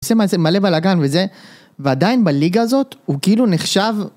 מלא בלאגן וזה, ועדיין בליגה הזאת הוא כאילו נחשב